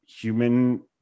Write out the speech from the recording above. human